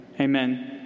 Amen